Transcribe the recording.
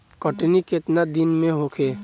कटनी केतना दिन में होखे?